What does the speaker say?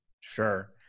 Sure